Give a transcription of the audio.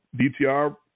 DTR